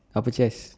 upper chest